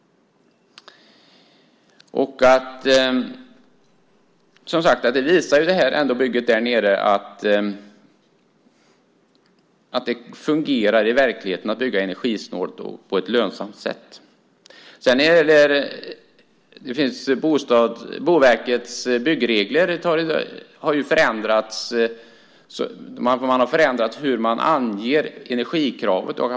Bygget där nere visar ändå att det går i verkligheten att bygga energisnålt och på ett lönsamt sätt. Boverkets byggnadsregler har nu förändrats när det gäller hur man anger energikravet.